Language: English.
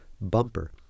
bumper